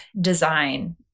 design